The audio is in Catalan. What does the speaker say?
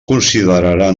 considerarà